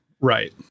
right